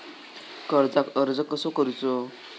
कर्जाक अर्ज कसो करूचो?